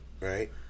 right